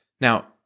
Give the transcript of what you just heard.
Now